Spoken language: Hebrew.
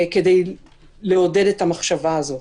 כדי לעודד את המחשבה הזו.